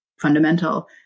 fundamental